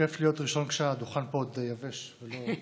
כיף להיות ראשון כשהדוכן פה עוד יבש ולא רטוב.